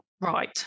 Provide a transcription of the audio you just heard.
right